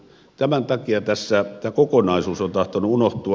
tämän takia tässä tämä kokonaisuus on tahtonut unohtua